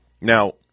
Now